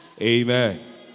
Amen